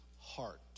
heart